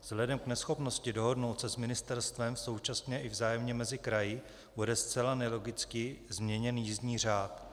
Vzhledem k neschopnosti dohodnout se s ministerstvem, současně i vzájemně mezi kraji, bude zcela nelogicky změněn jízdní řád.